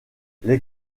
les